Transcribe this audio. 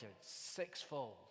sixfold